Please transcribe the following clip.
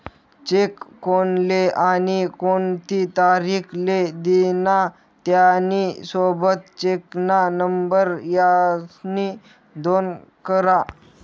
check कोनले आणि कोणती तारीख ले दिना, त्यानी सोबत चेकना नंबर यास्नी नोंद करा